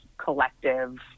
collective